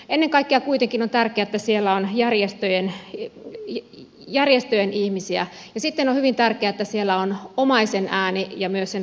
ennen kaikkea kuitenkin on tärkeää että siellä on järjestöjen ihmisiä ja sitten on hyvin tärkeää että siellä on omaisen ääni ja myös sen vammaisen ääni